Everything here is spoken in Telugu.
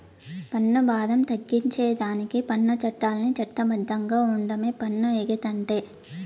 పన్ను బారం తగ్గించేదానికి పన్ను చట్టాల్ని చట్ట బద్ధంగా ఓండమే పన్ను ఎగేతంటే